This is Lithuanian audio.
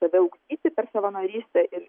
save ugdyti per savanorystę ir